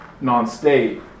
non-state